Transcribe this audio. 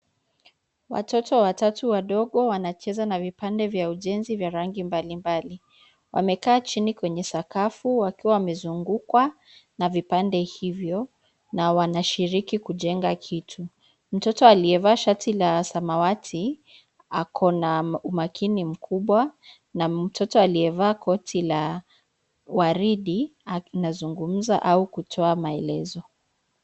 Watoto watatu wadogo wanacheza na vipande vya ujenzi vya rangi mbalimbali. Wamekaa chini kwenye sakafu wakiwa wamezungukwa na vipande hivyo na wanashiriki kujenga kitu. Mtoto aliyevaa shati la samawati, ako na umakini mkubwa na mtoto aliyevaa koti la waridi anazungumza au kutoa maelezo.